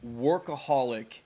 workaholic